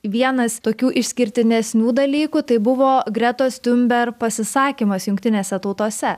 vienas tokių išskirtinesnių dalykų tai buvo gretos tiunber pasisakymas jungtinėse tautose